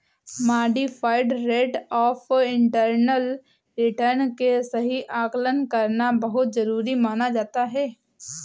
modified rate of internal return के सही आकलन करना बहुत जरुरी माना जाता है